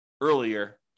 earlier